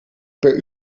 per